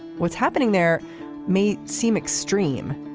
what's happening there may seem extreme.